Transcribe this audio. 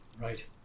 Right